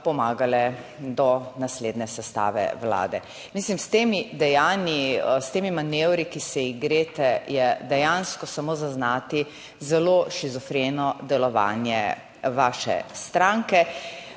pomagali do naslednje sestave vlade. Mislim, s temi dejanji, s temi manevri, ki se jih greste, je dejansko samo zaznati zelo šizofreno delovanje vaše stranke,